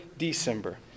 December